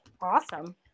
awesome